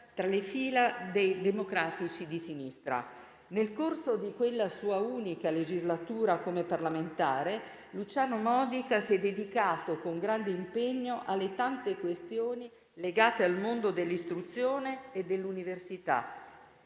tra le fila dei democratici di sinistra. Nel corso di quella sua unica legislatura come parlamentare, Luciano Modica si è dedicato con grande impegno alle tante questioni legate al mondo dell'istruzione e dell'università.